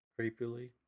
Creepily